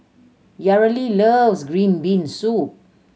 Yareli loves green bean soup